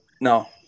No